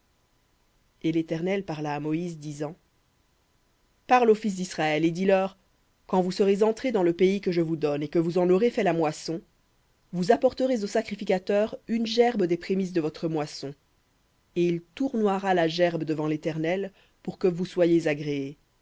et l'éternel parla à moïse disant parle aux fils d'israël et dis-leur quand vous serez entrés dans le pays que je vous donne et que vous en aurez fait la moisson vous apporterez au sacrificateur une gerbe des prémices de votre moisson et il tournoiera la gerbe devant l'éternel pour que vous soyez agréés